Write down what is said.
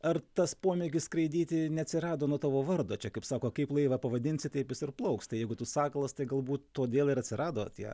ar tas pomėgis skraidyti neatsirado nuo tavo vardo čia kaip sako kaip laivą pavadinsi taip jis ir plauks tai jeigu tu sakalas tai galbūt todėl ir atsirado tie